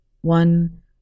one